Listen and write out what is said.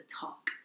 talk